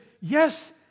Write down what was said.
yes